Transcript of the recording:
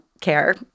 care